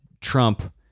Trump